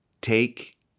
take